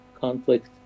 conflict